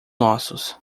nossos